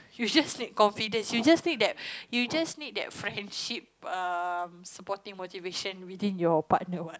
you just need confident you just need that you just need that friendship supporting motivation within your partner what